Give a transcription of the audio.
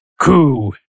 coup